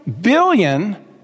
billion